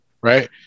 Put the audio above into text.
right